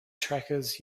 trackers